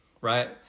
right